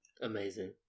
Amazing